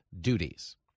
duties